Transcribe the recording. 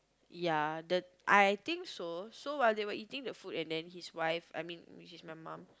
ya the I think so so while they were eating the food and then his wife I mean which is my mum